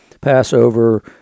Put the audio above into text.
Passover